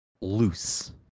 Loose